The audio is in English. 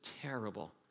terrible